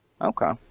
Okay